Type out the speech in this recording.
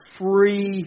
free